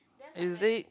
is it